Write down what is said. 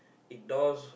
it doors